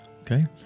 okay